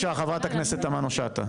בבקשה, חברת הכנסת תמנו שטה.